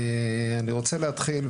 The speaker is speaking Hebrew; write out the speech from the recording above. אני רוצה להתחיל,